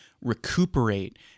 recuperate